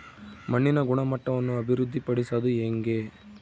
ಮಣ್ಣಿನ ಗುಣಮಟ್ಟವನ್ನು ಅಭಿವೃದ್ಧಿ ಪಡಿಸದು ಹೆಂಗೆ?